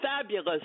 fabulous